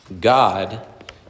God